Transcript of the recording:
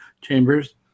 chambers